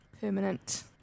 permanent